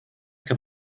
kann